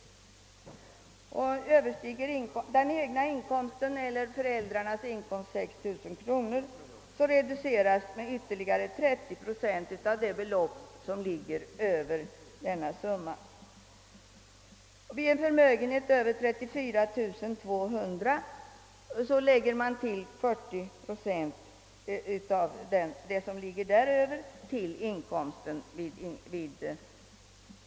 Överstiger den egna inkomsten eller föräldrarnas inkomst 6 000 kronor, reduceras beloppet med ytterligare 30 procent av det som ligger över denna summa. Vid en förmögenhet över 34 200 kronor lägger man vid prövningen 40 procent av det som når därutöver till inkomsten.